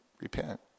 Repent